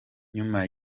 nyuma